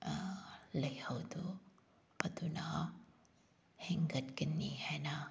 ꯂꯩꯍꯥꯎꯗꯨ ꯑꯗꯨꯅ ꯍꯦꯟꯒꯠꯀꯅꯤ ꯍꯥꯏꯅ